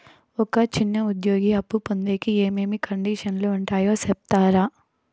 ఒక చిన్న ఉద్యోగి అప్పు పొందేకి ఏమేమి కండిషన్లు ఉంటాయో సెప్తారా?